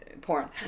Porn